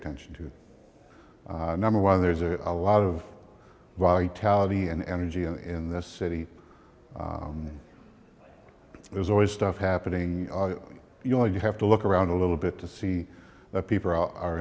attention to number one there's a a lot of vitality and energy in this city there's always stuff happening you know you have to look around a little bit to see that people are